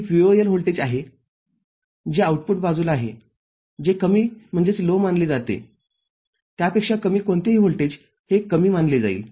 हे VOL voltage आहे जे आउटपुटच्या बाजूला आहे जे कमी मानले जाते त्यापेक्षा कमी कोणतेही व्होल्टेज हे कमी मानले जाईल